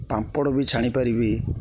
ପାମ୍ପଡ଼ ବି ଛାଣିପାରିବି